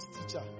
teacher